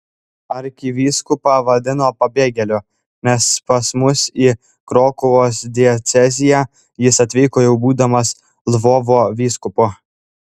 arkivyskupą vadino pabėgėliu nes pas mus į krokuvos dieceziją jis atvyko jau būdamas lvovo vyskupu